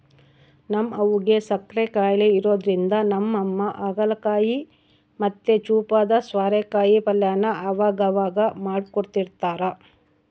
ನಮ್ ಅವ್ವುಗ್ ಸಕ್ಕರೆ ಖಾಯಿಲೆ ಇರೋದ್ರಿಂದ ನಮ್ಮಮ್ಮ ಹಾಗಲಕಾಯಿ ಮತ್ತೆ ಚೂಪಾದ ಸ್ವಾರೆಕಾಯಿ ಪಲ್ಯನ ಅವಗವಾಗ ಮಾಡ್ಕೊಡ್ತಿರ್ತಾರ